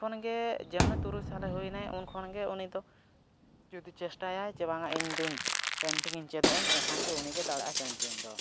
ᱦᱩᱰᱤᱧ ᱠᱷᱚᱱ ᱜᱮ ᱡᱮᱢᱱᱤ ᱛᱩᱨᱩᱭ ᱥᱟᱞᱮ ᱦᱩᱭ ᱮᱱᱟᱭ ᱩᱱ ᱠᱷᱚᱱᱜᱮ ᱩᱱᱤ ᱫᱚ ᱡᱩᱫᱤ ᱪᱮᱥᱴᱟᱭᱟᱭ ᱡᱮ ᱵᱟᱝᱟ ᱤᱧ ᱫᱚᱧ ᱤᱧ ᱪᱮᱫᱚᱜ ᱟᱹᱧ ᱮᱱᱠᱷᱟᱱ ᱜᱮ ᱩᱱᱤᱜᱮ ᱫᱟᱲᱮᱜᱼᱟᱭ ᱫᱚ